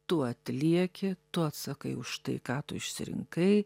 tu atlieki tu atsakai už tai ką tu išsirinkai